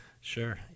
Sure